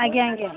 ଆଜ୍ଞା ଆଜ୍ଞା